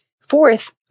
Fourth